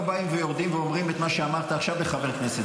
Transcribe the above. לא באים ויורדים ואומרים את מה שאמרת עכשיו לחבר כנסת.